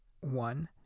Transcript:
one